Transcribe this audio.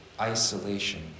Isolation